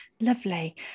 Lovely